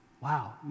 wow